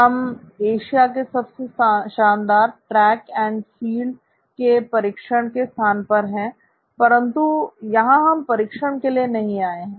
हम एशिया के सबसे शानदार ट्रैक एंड फील्ड के प्रशिक्षण के स्थान पर हैं परंतु यहां हम प्रशिक्षण के लिए आए नहीं हैं